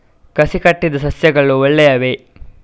ಕಸಿ ಕಟ್ಟಿದ ಸಸ್ಯಗಳು ಒಳ್ಳೆಯವೇ?